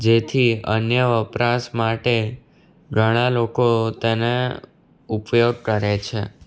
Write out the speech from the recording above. જેથી અન્ય વપરાશ માટે ઘણા લોકો તેનો ઉપયોગ કરે છે